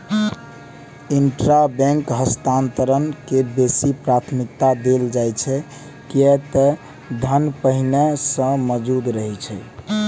intrabank हस्तांतरण के बेसी प्राथमिकता देल जाइ छै, कियै ते धन पहिनहि सं मौजूद रहै छै